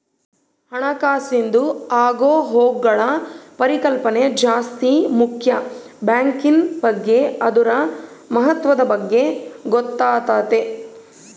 ಹಣಕಾಸಿಂದು ಆಗುಹೋಗ್ಗುಳ ಪರಿಕಲ್ಪನೆ ಜಾಸ್ತಿ ಮುಕ್ಯ ಬ್ಯಾಂಕಿನ್ ಬಗ್ಗೆ ಅದುರ ಮಹತ್ವದ ಬಗ್ಗೆ ಗೊತ್ತಾತತೆ